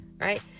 Right